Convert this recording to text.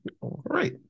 Right